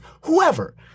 whoever